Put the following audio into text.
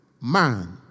man